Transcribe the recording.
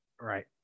Right